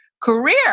career